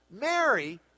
Mary